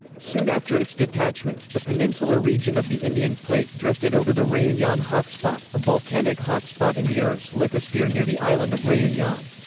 soon after its detachment, the peninsular region of the indian plate drifted over the reunion hotspot, a volcanic hotspot in the earth's lithosphere near the island of reunion.